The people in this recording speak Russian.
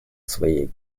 своею